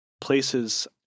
places